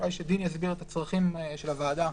אולי דין יסביר את הצרכים של הוועדה.